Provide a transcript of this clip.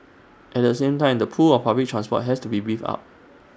at the same time the pull of public transport has to be beefed up